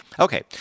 Okay